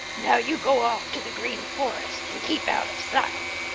now you go off to the green forest and keep out of sight,